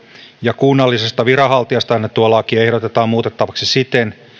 ja kunnallisesta viranhaltijasta annettua lakia ehdotetaan muutettavaksi siten